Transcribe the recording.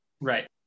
Right